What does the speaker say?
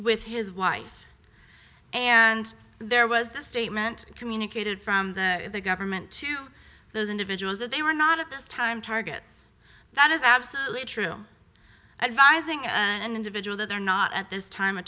with his wife and there was the statement communicated from the government to those individuals that they were not at this time targets that is absolutely true advising an individual that they are not at this time